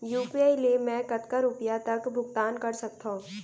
UPI ले मैं कतका रुपिया तक भुगतान कर सकथों